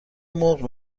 مرغ